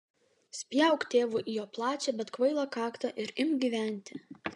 spjauk tėvui į jo plačią bet kvailą kaktą ir imk gyventi